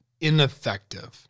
ineffective